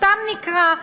סתם נקרא: